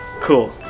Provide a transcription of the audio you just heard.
Cool